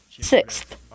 Sixth